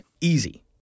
Easy